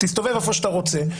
תסתובב איפה שאתה רוצה,